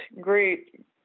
great